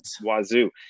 Wazoo